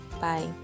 Bye